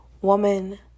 woman